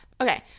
Okay